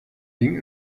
ding